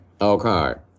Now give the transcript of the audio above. okay